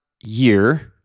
year